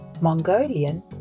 Mongolian